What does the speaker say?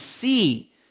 see